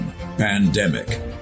pandemic